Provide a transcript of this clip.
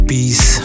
Peace